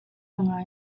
ngai